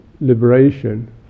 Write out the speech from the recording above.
liberation